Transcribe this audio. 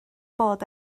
bod